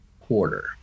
quarter